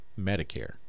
medicare